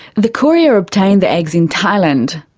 the courier obtained the eggs in thailand.